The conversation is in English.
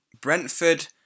Brentford